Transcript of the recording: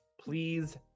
please